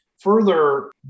Further